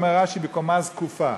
אומר רש"י: בקומה זקופה.